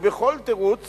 ובכל תירוץ